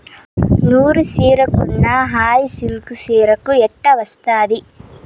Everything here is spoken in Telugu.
నూరు చీరకున్న హాయి సిల్కు చీరకు ఎట్టా వస్తాది